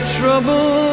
trouble